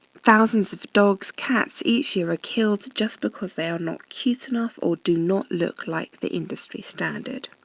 thousands of dogs, cats each year are killed just because they are not cute enough or do not look like the industry standard.